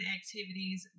activities